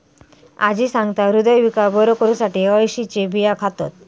आजी सांगता, हृदयविकार बरो करुसाठी अळशीचे बियो खातत